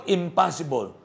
impossible